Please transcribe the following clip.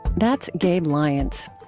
that's gabe lyons.